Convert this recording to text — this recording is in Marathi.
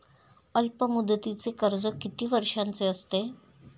अल्पमुदतीचे कर्ज किती वर्षांचे असते?